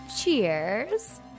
Cheers